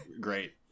great